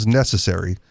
necessary